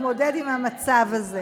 להתמודד עם המצב הזה.